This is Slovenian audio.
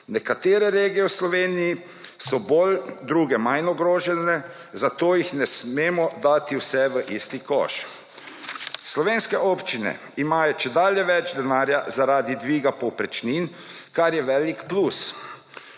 nekatere regije v Sloveniji so bolj, druge manj ogrožene, zato jih ne smemo dati vse v isti koš. Slovenske občine imajo čedalje več denarja zaradi dviga povprečnin, kar je velik plus,